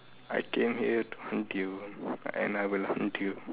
I came here to hunt you I will hunt you